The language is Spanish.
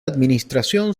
administración